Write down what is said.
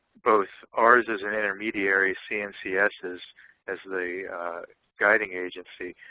both ours is an intermediary, cncs's as the guiding agency,